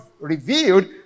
revealed